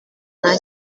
nta